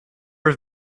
have